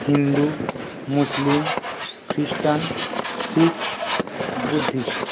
হিন্দু মুসলিম খ্রিষ্টান শিখ বুদ্ধিস্ট